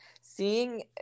seeing